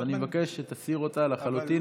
אז אני מבקש שתסיר אותה לחלוטין,